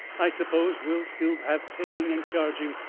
i suppose we'll still have paying and charging,